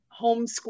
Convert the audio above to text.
homeschool